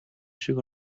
шиг